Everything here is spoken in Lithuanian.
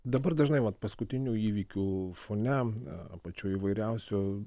dabar dažnai vat paskutinių įvykių fone na pačių įvairiausių